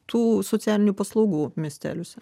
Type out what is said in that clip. tų socialinių paslaugų miesteliuose